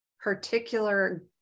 particular